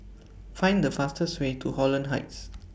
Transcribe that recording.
Find The fastest Way to Holland Heights